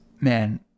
man